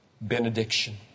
benediction